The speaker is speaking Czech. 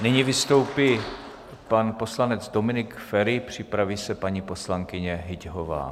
Nyní vystoupí pan poslanec Dominik Feri, připraví se paní poslankyně Hyťhová.